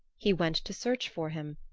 he went to search for him,